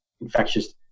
infectious